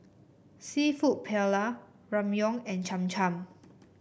seafood Paella Ramyeon and Cham Cham